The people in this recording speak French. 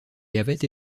avaient